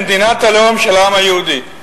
במדינת הלאום של העם היהודי.